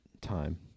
time